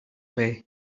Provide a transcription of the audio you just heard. way